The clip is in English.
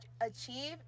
achieve